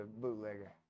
bootlegger